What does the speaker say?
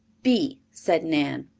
b, said nan.